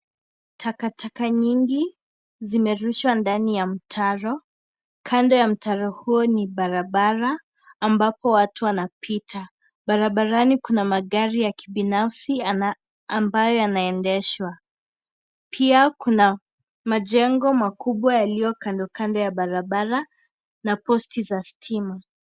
Takataka nyingi zimerushwa ndani ya mtaro, kando ya mtaro huo ni barabara ambapo watu wanapita, barabarani kuna magari ya kibinafsi na ambayo yanaendeshwa. Pia kuna majengo makubwa yaliyo kando kando ya barabara na posti za stima.